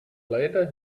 later